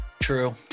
True